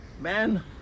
man